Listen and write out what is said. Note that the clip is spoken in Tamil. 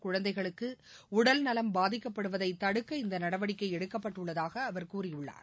குழந்தைகளுக்கு உடல்நலம் பாதிக்கப்படுவதை தடுக்க இந்த நடவடிக்கை எடுக்கப்பட்டுள்ளதாக அவர் கூறியுள்ளார்